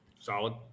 Solid